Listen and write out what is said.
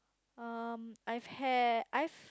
um I've had I've